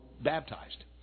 baptized